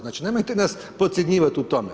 Znači nemojte nas podcjenjivati u tome.